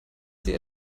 sie